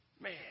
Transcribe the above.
man